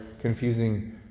confusing